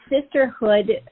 sisterhood